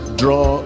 draw